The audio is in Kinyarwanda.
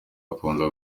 akunda